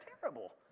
terrible